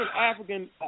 African